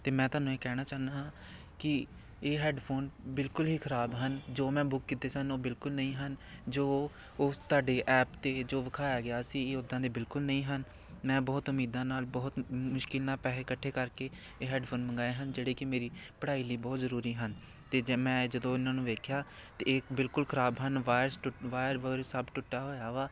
ਅਤੇ ਮੈਂ ਤੁਹਾਨੂੰ ਇਹ ਕਹਿਣਾ ਚਾਹੁੰਦਾ ਕਿ ਇਹ ਹੈਡਫੋਨ ਬਿਲਕੁਲ ਹੀ ਖ਼ਰਾਬ ਹਨ ਜੋ ਮੈਂ ਬੁੱਕ ਕੀਤੇ ਸਨ ਉਹ ਬਿਲਕੁਲ ਨਹੀਂ ਹਨ ਜੋ ਉਸ ਤੁਹਾਡੀ ਐਪ 'ਤੇ ਜੋ ਵਿਖਾਇਆ ਗਿਆ ਸੀ ਉੱਦਾਂ ਦੇ ਬਿਲਕੁਲ ਨਹੀਂ ਹਨ ਮੈਂ ਬਹੁਤ ਉਮੀਦਾਂ ਨਾਲ ਬਹੁਤ ਮੁ ਮੁਸ਼ਕਿਲ ਨਾਲ ਪੈਸੇ ਇਕੱਠੇ ਕਰਕੇ ਇਹ ਹੈਡਫੋਨ ਮੰਗਵਾਏ ਹਨ ਜਿਹੜੇ ਕਿ ਮੇਰੀ ਪੜ੍ਹਾਈ ਲਈ ਬਹੁਤ ਜ਼ਰੂਰੀ ਹਨ ਅਤੇ ਮੈਂ ਜਦੋਂ ਉਹਨਾਂ ਨੂੰ ਵੇਖਿਆ ਤਾਂ ਇਹ ਬਿਲਕੁਲ ਖ਼ਰਾਬ ਹਨ ਵਾਇਰਸ ਟੁ ਵਾਇਰ ਸਭ ਟੁੱਟਾ ਹੋਇਆ ਵਾ